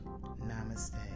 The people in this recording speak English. namaste